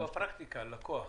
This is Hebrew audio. בפרקטיקה לקוח